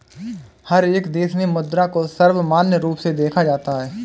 हर एक देश में मुद्रा को सर्वमान्य रूप से देखा जाता है